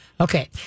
okay